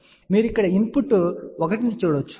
కాబట్టి మీరు ఇక్కడ ఇన్ పుట్ 1 ను చూడవచ్చు